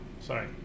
Sorry